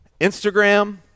Instagram